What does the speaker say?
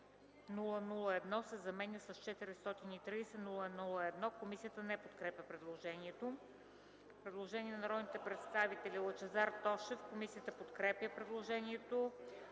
001,0” се заменя с „430 001,0”. Комисията не подкрепя предложението. Предложение на народния представител Лъчезар Тошев. Комисията подкрепя предложението.